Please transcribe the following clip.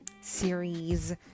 series